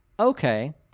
Okay